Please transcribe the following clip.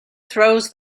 throws